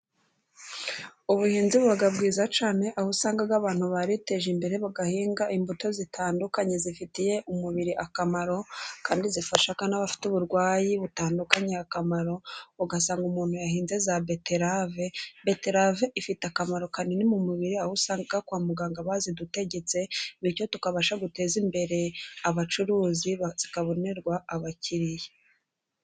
Ubuhinzi buba bwiza cyane aho usanga abantu bariteje imbere bagahinga imbuto zitandukanye zifitiye umubiri akamaro, kandi zifasha n'abafite uburwayi butandukanye akamaro, aho ugasanga umuntu yarahinze za beterave. Betarave ifite akamaro kanini mu mubiri, aho usanga kwa muganga barazidutegetse bityo tukabasha guteza imbere abacuruzi zikabonerwa abakiriya.